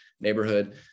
neighborhood